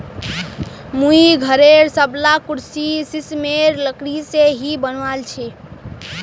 मुई घरेर सबला कुर्सी सिशमेर लकड़ी से ही बनवाल छि